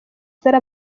zari